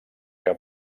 que